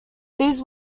these